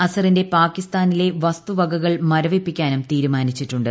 അസറിന്റെ പാകിസ്ഥാനിലെ വസ്തുവകകൾ മരവിപ്പിക്കാനും തീരുമാനിച്ചിട്ടുണ്ട്